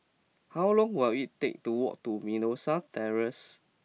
how long will it take to walk to Mimosa Terrace